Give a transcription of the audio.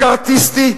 מקארתיסטי,